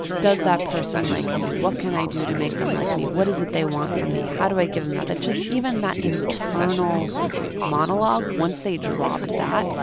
does that person like me? what can i do to make them like me? what is it they want from me? how do i give them that? that just even that internal monologue, once they dropped that,